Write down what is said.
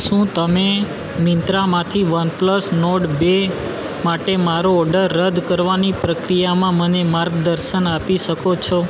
શું તમે મિન્ત્રામાંથી વન પ્લસ નોર્ડ બે માટે મારો ઓડર રદ કરવાની પ્રક્રિયામાં મને માર્ગદર્શન આપી શકો છો